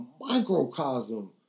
microcosm